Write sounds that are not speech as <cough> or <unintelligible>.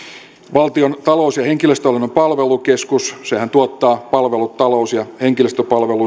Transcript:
valtion talous ja henkilöstöhallinnon palvelukeskus joka tuottaa talous ja henkilöstöpalvelut <unintelligible>